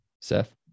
Seth